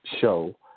show